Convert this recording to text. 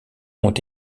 ont